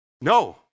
No